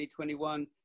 2021